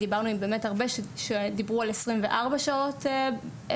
כי דיברנו עם הרבה שדיבר על 24 שעות הבדל.